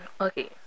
Okay